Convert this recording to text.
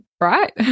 right